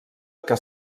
que